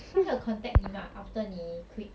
他还有 contact 你 mah after 你 quit